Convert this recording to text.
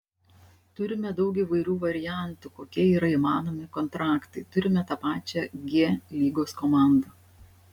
turime daug įvairių variantų kokie yra įmanomi kontraktai turime tą pačią g lygos komandą